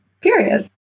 period